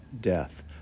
death